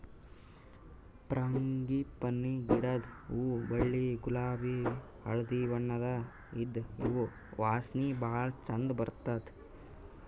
frangipani ಗಿಡದ್ ಹೂವಾ ಬಿಳಿ ಗುಲಾಬಿ ಹಳ್ದಿ ಬಣ್ಣದ್ ಇದ್ದ್ ಇವ್ ವಾಸನಿ ಭಾಳ್ ಛಂದ್ ಇರ್ತದ್